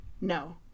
No